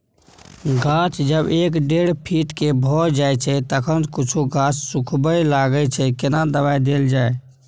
गाछ जब एक डेढ फीट के भ जायछै तखन कुछो गाछ सुखबय लागय छै केना दबाय देल जाय?